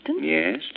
Yes